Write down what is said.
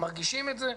מרגיש את זה.